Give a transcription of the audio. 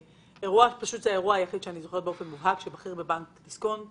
אירוע שאני זוכרת באופן מובהק שבו בכיר בבנק דיסקונט